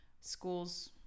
schools